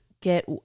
get